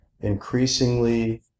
increasingly